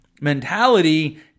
mentality